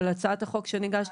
אבל הצעת החוק שאני הגשתי